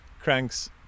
cranks